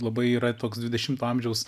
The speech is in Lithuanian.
labai yra toks dvidešimto amžiaus